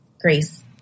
Grace